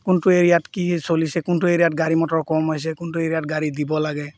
কোনটো এৰিয়াত কি চলিছে কোনটো এৰিয়াত গাড়ী মটৰ কম হৈছে কোনটো এৰিয়াত গাড়ী দিব লাগে